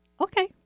Okay